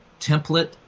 template